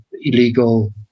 illegal